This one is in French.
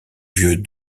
vieux